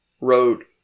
wrote